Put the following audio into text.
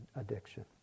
addiction